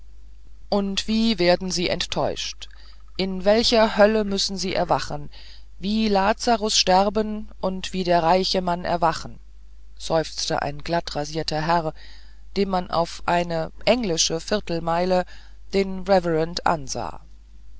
und wie werden sie enttäuscht in welcher hölle müssen sie erwachen wie lazarus sterben und wie der reiche mann erwachen seufzte ein glattrasierter herr dem man auf eine englische viertelmeile den reverend ansah